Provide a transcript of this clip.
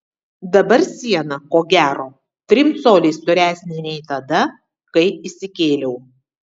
dabar siena ko gero trim coliais storesnė nei tada kai įsikėliau